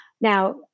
Now